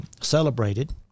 celebrated